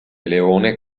leone